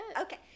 Okay